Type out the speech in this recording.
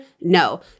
No